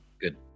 Good